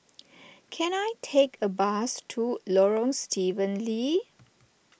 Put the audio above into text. can I take a bus to Lorong Stephen Lee